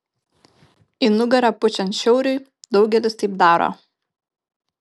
į nugarą pučiant šiauriui daugelis taip daro